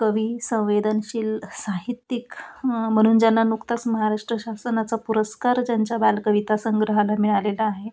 कवी संवेदनशील साहित्यिक म्हणून ज्यांना नुकताच महाराष्ट्र शासनाचा पुरस्कार ज्यांच्या बालकविता संग्रहाला मिळालेला आहे